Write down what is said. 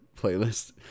playlist